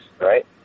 right